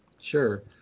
Sure